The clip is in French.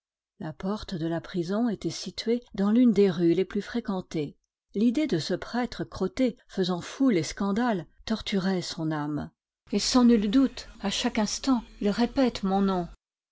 la porte de la prison était située dans l'une des rues les plus fréquentées l'idée de ce prêtre crotté faisant foule et scandale torturait son âme et sans nul doute à chaque instant il répète mon nom